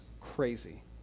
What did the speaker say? crazy